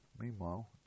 Meanwhile